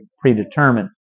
predetermined